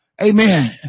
amen